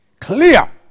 Clear